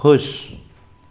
खु़शि